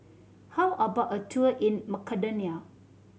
how about a tour in Macedonia